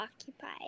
occupied